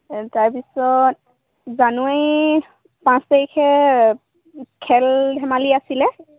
তাৰ পিছত জানুৱাৰী পাঁচ তাৰিখে খেল ধেমালি আছিলে